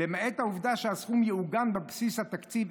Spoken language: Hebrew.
"למעט העובדה שהסכום יעוגן בבסיס התקציב,